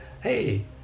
Hey